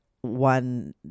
One